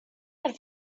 had